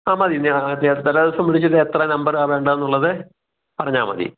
ആ മതി അത്യാവശ്യം തലേദിവസം വിളിച്ചിട്ട് എത്ര നമ്പറ് ആളുണ്ടെന്നുള്ളത് പറഞ്ഞാൽമതി